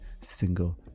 single